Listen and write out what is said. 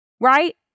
Right